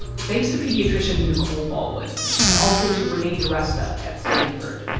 thanks to pediatrician nicole baldwin and also to renee diresta at stanford.